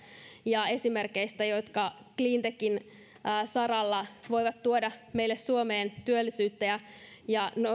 ja esimerkeistä jotka cleantechin saralla voivat tuoda meille suomeen työllisyyttä ja ja